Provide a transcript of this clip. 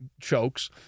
chokes